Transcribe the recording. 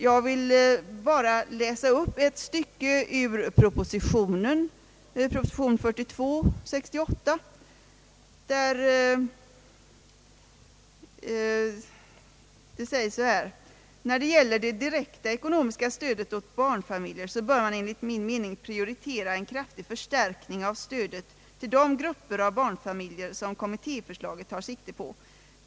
Jag vill med anledning av detta läsa upp ett stycke ur proposition 42 i år, där det sägs följande: »När det gäller det direkta ekonomiska stödet åt barnfamiljer bör man enligt min mening prioritera en kraftig förstärkning av stödet till de grupper av barnfamiljer som kommittéförslaget tar sikte på.